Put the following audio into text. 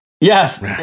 Yes